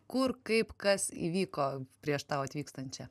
kur kaip kas įvyko prieš tau atvykstant čia